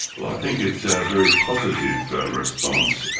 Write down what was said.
well i think it's a very positive response.